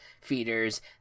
feeders